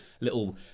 little